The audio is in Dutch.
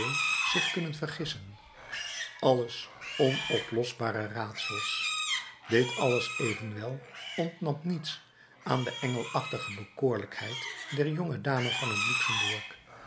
zich kunnen vergissen alles onoplosbare raadsels dit alles evenwel ontnam niets aan de engelachtige bekoorlijkheid der jonge dame van het luxembourg